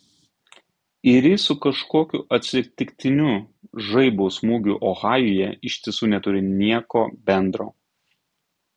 ir jis su kažkokiu atsitiktiniu žaibo smūgiu ohajuje iš tiesų neturi nieko bendro